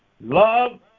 Love